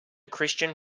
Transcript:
christian